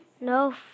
no